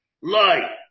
lie